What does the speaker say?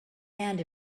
and